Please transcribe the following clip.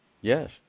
Yes